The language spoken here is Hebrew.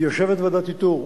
יושבת ועדת איתור